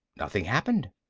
nothing happened.